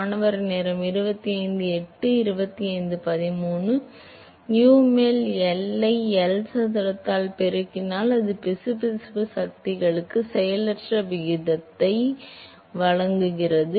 மாணவர் U மேல் L ஐ L சதுரத்தால் பெருக்கினால் அது பிசுபிசுப்பு சக்திகளுக்கு செயலற்ற விகிதத்தை உங்களுக்கு வழங்குகிறது